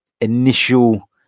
initial